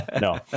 No